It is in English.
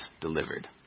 delivered